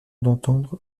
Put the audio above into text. d’entendre